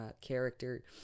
character